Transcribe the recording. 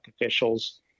officials